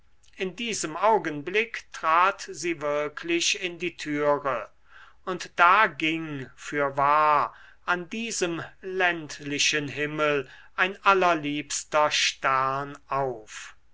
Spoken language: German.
in diesem augenblick trat sie wirklich in die türe und da ging fürwahr an diesem ländlichen himmel ein allerliebster stern auf